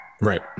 right